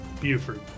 Buford